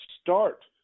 start